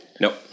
Nope